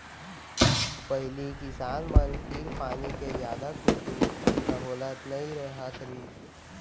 पहिली किसान मन तीर पानी के जादा कुछु सहोलत नइ रहत रहिस